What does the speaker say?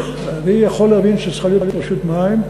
אני יכול להבין שצריכה להיות רשות מים,